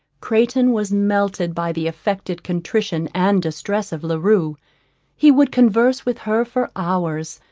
crayton was melted by the affected contrition and distress of la rue he would converse with her for hours,